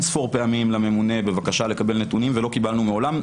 ספור פעמים לממונה בבקשה לקבל נתונים ולא קיבלנו מעולם.